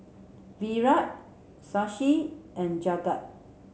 Virat Shashi and Jagat